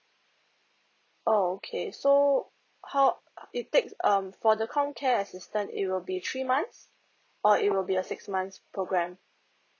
oh okay so how it take um for the comcare assistant it will be three months or it will be a six months program